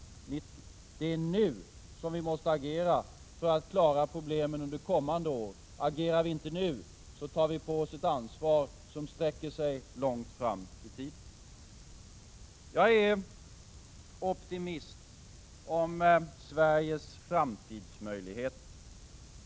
Det är nu som vi måste agera för att klara problemen under kommande år. Agerar vi inte nu tar vi på oss ett ansvar som sträcker sig långt fram i tiden. Jag är optimist om Sveriges framtidsmöjligheter.